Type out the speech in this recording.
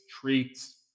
treats